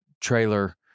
trailer